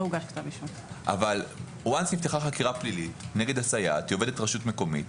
היא עובדת רשות מקומית,